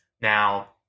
Now